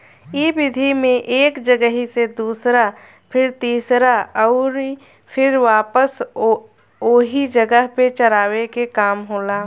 इ विधि में एक जगही से दूसरा फिर तीसरा अउरी फिर वापस ओही जगह पे चरावे के काम होला